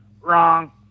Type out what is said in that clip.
wrong